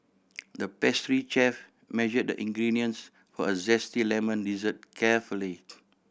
the pastry chef measured the ingredients for a zesty lemon dessert carefully